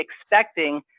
expecting